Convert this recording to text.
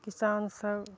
किसान सभ